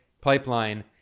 pipeline